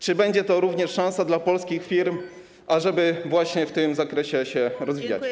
Czy będzie to również szansa dla polskich firm, żeby w tym zakresie się rozwijać?